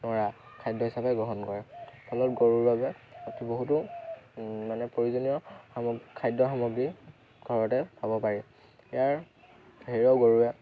নৰা খাদ্য হিচাপে গ্ৰহণ কৰে ফলত গৰুৰ বাবে বহুতো মানে প্ৰয়োজনীয় সামগ্ৰী খাদ্য সামগ্ৰী ঘৰতে পাব পাৰি ইয়াৰ হেৰিও গৰুৱে